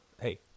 hey